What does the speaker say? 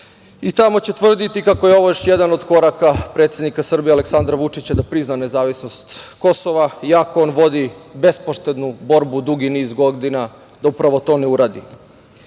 i tamo će tvrditi kako je ovo još jedan od koraka predsednika Srbije Aleksandra Vučića da prizna nezavisnost Kosova i ako on vodi bespoštednu borbu dugi niz godina da upravo to ne uradi. Mada